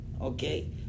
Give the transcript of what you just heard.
Okay